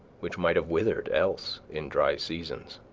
which might have withered else in dry seasons.